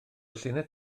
llinell